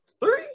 Three